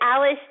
Alice